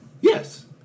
Yes